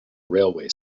railway